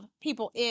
people